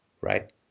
right